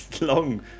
long